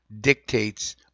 dictates